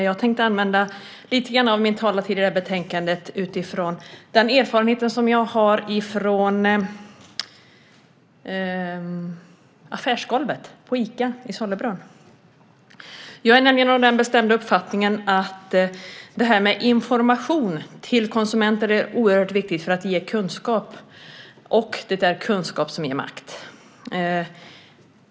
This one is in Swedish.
Jag tänkte använda lite grann av min talartid om det här betänkandet utifrån den erfarenhet som jag har från affärsgolvet på Ica i Sollebrunn. Jag är nämligen av den bestämda uppfattningen att det här med information till konsumenter är oerhört viktigt för att ge kunskap. Och det är kunskap som ger makt.